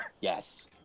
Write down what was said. yes